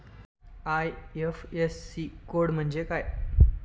IFSC code म्हणजे काय?